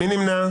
מי נמנע?